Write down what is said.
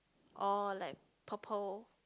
oh like purple